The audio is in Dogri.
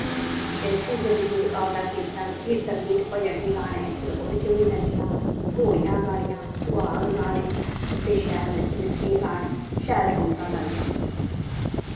ते फ्ही जोल्ले आंदा कीर्तन कीर्तन बिच्च गीत बी गाने फिर ओह्दे च बी नच्चना धोड़ियां गानियां सुहाग गाने फ्ही शैल नच्ची नच्चियै गाने शैल रोंनकां लानियां